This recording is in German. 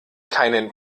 keinen